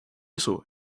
usu